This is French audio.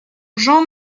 jean